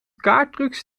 kaarttrucs